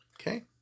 Okay